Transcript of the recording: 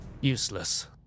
Useless